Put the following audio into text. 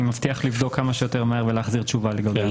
אני מבטיח לבדוק כמה שיותר מהר ולהחזיר תשובה לגבי הנושא הזה.